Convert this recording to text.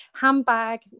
handbag